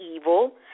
evil